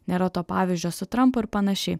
nėra to pavyzdžio su trampu ir panašiai